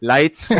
Lights